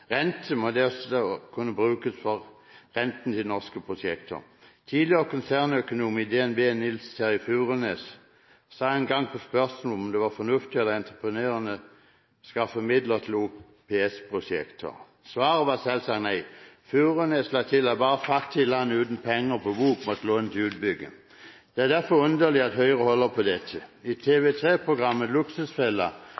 rente, må den sammen renten også kunne brukes for norske prosjekter. Tidligere konsernøkonom i DNB, Nils Terje Furunes, svarte en gang på spørsmål om det var fornuftig å la entreprenørene skaffe midler til OPS-prosjekter. Svaret var selvsagt nei. Furunes la til at bare fattige land uten penger på bok måtte låne til utbygging. Det er derfor underlig at Høyre holder på dette. I TV3-programmet Luksusfellen advares det